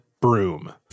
broom